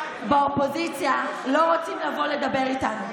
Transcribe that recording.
באופוזיציה לא רוצים לבוא לדבר איתנו,